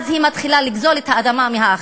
אז היא מתחילה לגזול את האדמה מהאחר.